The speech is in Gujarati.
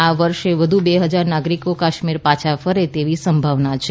આ વર્ષે વધુ બે હજાર નાગરિકો કાશ્મીર પાછા ફરે તેવી સંભાવના છે